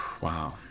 Wow